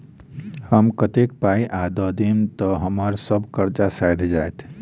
हम कतेक पाई आ दऽ देब तऽ हम्मर सब कर्जा सैध जाइत?